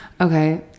Okay